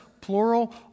plural